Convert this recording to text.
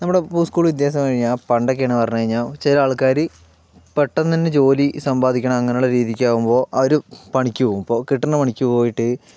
നമ്മുടെ ഇപ്പോൾ സ്ക്കൂൾ വിദ്യാഭ്യാസം കഴിഞ്ഞാൽ പണ്ടൊക്കെയാണ് പറഞ്ഞു കഴിഞ്ഞാൽ ചില ആൾക്കാർ പെട്ടെന്നുതന്നെ ജോലി സമ്പാദിക്കണം അങ്ങനെയുള്ള രീതിയ്ക്കാവുമ്പോൾ അവർ പണിക്കുപോകും ഇപ്പോൾ കിട്ടണ പണിക്ക് പോയിട്ട്